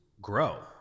grow